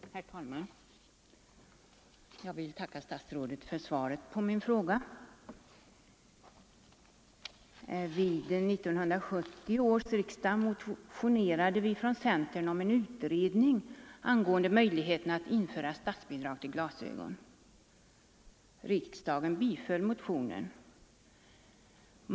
Herr talman! Jag vill tacka statsrådet för svaret på min fråga. Vid 1970 års riksdag motionerade vi från centern om en utredning angående möjligheterna att införa statsbidrag till glasögon. Riksdagen biföll motionen.